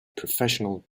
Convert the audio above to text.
professional